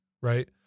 right